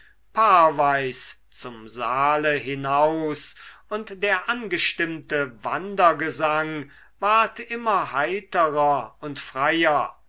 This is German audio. paarweis zum saale hinaus und der angestimmte wandergesang ward immer heiterer und freier